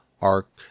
arc